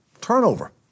turnover